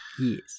yes